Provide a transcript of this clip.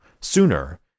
sooner